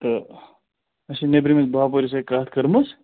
تہٕ اَسہِ چھِ نٮ۪برِمِس باپٲرِس سۭتۍ کَتھ کٔرمٕژ